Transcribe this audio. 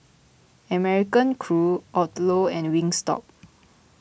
American Crew Odlo and Wingstop